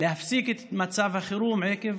להפסיק את מצב החירום עקב,